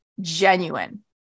genuine